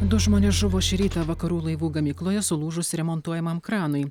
du žmonės žuvo šį rytą vakarų laivų gamykloje sulūžus remontuojamam kranui